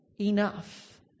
enough